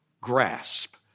grasp